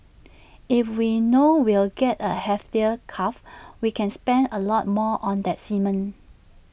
if we know we'll get A heifer calf we can spend A lot more on that semen